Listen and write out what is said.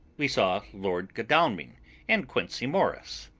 we saw lord godalming and quincey morris.